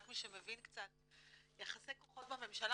רק מי שמבין קצת את יחסי הכוחות בממשלה,